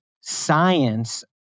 science